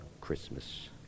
Christmas